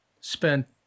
spent